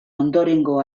ondorengo